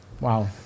Wow